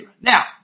Now